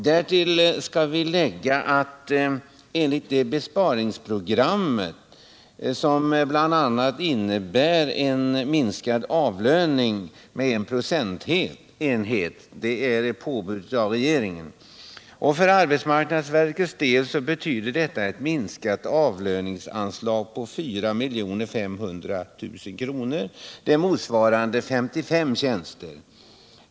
Därtill skall läggas det av regeringen påbjudna besparingsprogrammet, som bl.a. innebär en minskning av avlöningen med 1 procentenhet. För arbetsmarknadsverkets del betyder detta en minskning av avlöningsanslaget på 4 500 000 kr., vilket motsvarar 55 tjänster.